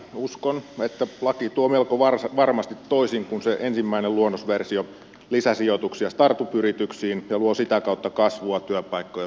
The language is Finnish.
uskon että laki tuo melko varmasti toisin kuin se ensimmäinen luonnosversio lisäsijoituksia start up yrityksiin ja luo sitä kautta kasvua työpaikkoja ja hyvinvointia suomeen